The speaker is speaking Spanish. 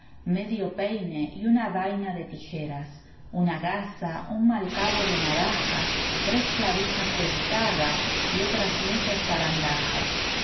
medio peine y una vaina de tijeras una gasa un mal cabo de navaja tres clavijas de guitarra y otras muchas zarandajas de